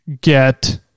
get